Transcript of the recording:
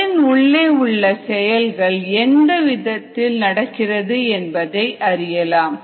செல்லின் உள்ளே உள்ள செயல்கள் எந்த விதத்தில் நடக்கிறது என்பதை அறியலாம்